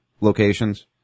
locations